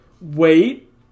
wait